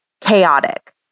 chaotic